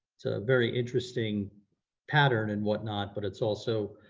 it's a very interesting pattern and whatnot but it's also